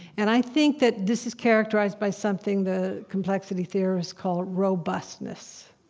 and i think that this is characterized by something the complexity theorists call robustness,